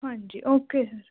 ਹਾਂਜੀ okay sir